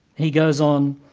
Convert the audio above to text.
he goes on,